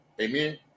Amen